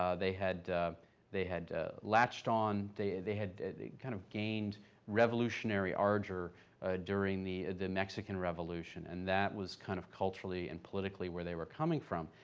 um they had they had latched on they they had kind of gained revolutionary ardor during the the mexican revolution, and that was kind of culturally and politically where they were coming from.